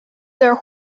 their